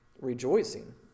rejoicing